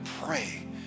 pray